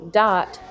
dot